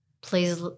Please